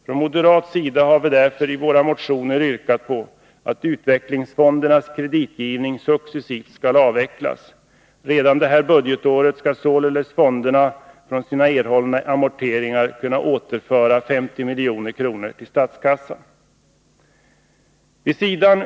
Från moderat sida har vi därför i våra motioner yrkat på att utvecklingsfondernas kreditgivning successivt skall avvecklas. Redan detta budgetår skall således fonderna från sina erhållna amorteringar kunna återlämna 50 milj.kr. till statskassan.